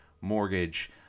mortgage